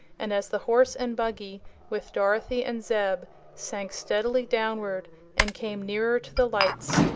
and as the horse and buggy with dorothy and zeb sank steadily downward and came nearer to the lights,